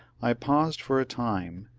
i paused for a time,